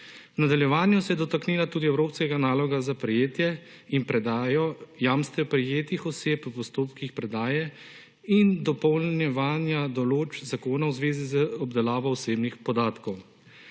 V nadaljevanju se je dotaknila tudi evropskega naloga za prejetje in predajo jamstvo prejetih oseb v postopkih predaje in dopolnjevanja določb zakona v zvezi z obdelavo osebnih podatkov.